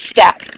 step